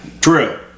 True